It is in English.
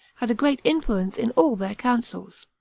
had great influence in all their councils.